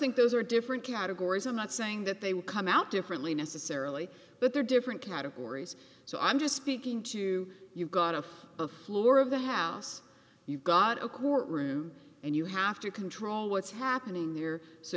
think those are different categories i'm not saying that they would come out differently necessarily but they're different categories so i'm just speaking to you've got a floor of the house you've got a court room and you have to control what's happening there so